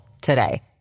today